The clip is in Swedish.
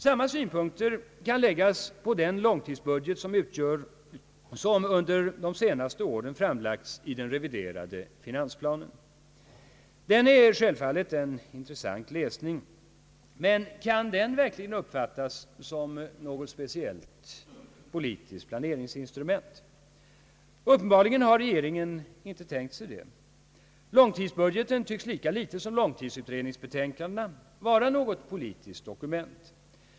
Samma synpunkter kan läggas på den långtidsbudget som under de senaste åren framlagts i den reviderade finansplanen. Den är självfallet en intressant läsning, men kan den verkligen uppfattas som något speciellt planeringsinstrument? Uppenbarligen har regeringen inte tänkt sig detta. Långtidsbudgeten tycks lika litet som långtidsutredningsbetänkandena vara något politiskt dokument.